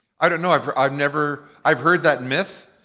i don't know, i've i've never. i've heard that myth.